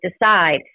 decide